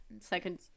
second